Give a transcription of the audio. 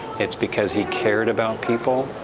it's because he cared about people,